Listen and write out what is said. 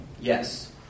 Yes